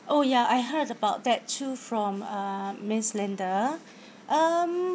oh ya I heard about that too from uh miss linda um